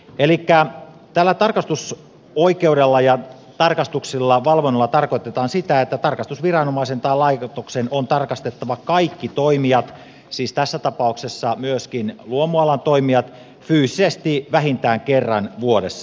elikkä tällä tarkastusoikeudella ja tarkastuksilla valvonnalla tarkoitetaan sitä että tarkastusviranomaisen tai laitoksen on tarkastettava kaikki toimijat siis tässä tapauksessa myöskin luomualan toimijat fyysisesti vähintään kerran vuodessa